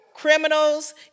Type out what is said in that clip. Criminals